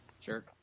Sure